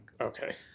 Okay